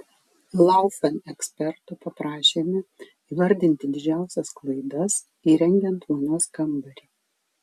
laufen eksperto paprašėme įvardinti didžiausias klaidas įrengiant vonios kambarį